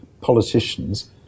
politicians